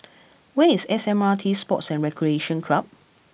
where is S M R T Sports and Recreation Club